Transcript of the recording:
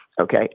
okay